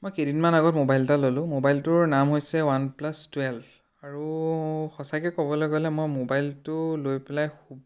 মই কেইদিনমান আগত মোবাইল এটা ললোঁ মোবাইলটোৰ নাম হৈছে ওৱান প্লাছ টোৱেল্ভ আৰু সঁচাকৈ ক'বলৈ গ'লে মই মোবাইলটো লৈ পেলাই খুব